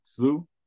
zoo